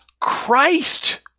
Christ